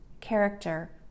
character